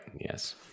Yes